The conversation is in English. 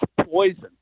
poison